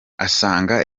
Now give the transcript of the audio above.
asanga